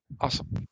Awesome